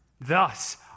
Thus